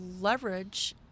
leverage